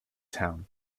town